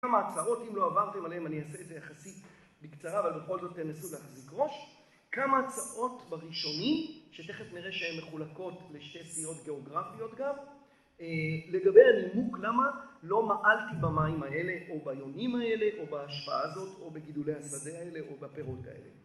‫כמה הצעות, אם לא עברתם עליהן, ‫אני אעשה את זה יחסית בקצרה, ‫אבל בכל זאת תנסו להחזיק ראש. ‫כמה הצעות בראשונים, שתכף נראה ‫שהן מחולקות לשתי סיעות גיאוגרפיות גם, ‫לגבי הנימוק, למה לא מעלתי ‫במים האלה או ביונים האלה ‫או בהשפעה הזאת ‫או בגידולי השדה האלה או בפירות האלה.